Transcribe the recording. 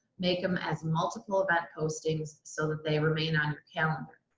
make them as multiple event postings so that they remain on your calendar.